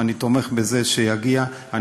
ואני תומך בזה שהוא יגיע לשם,